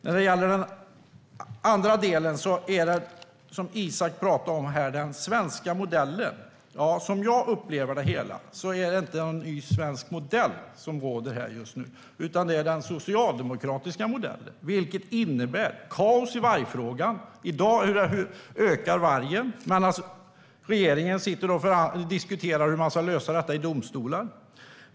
När det gäller den andra delen som Isak From talade om här, den svenska modellen: Som jag upplever det hela är det inte någon ny svensk modell som råder här just nu, utan det är den socialdemokratiska modellen. Det innebär kaos i vargfrågan. I dag ökar vargen medan regeringen sitter och diskuterar hur man ska lösa detta i domstolar.